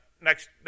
Next